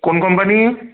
কোন কোম্পানি